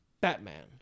Batman